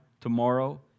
tomorrow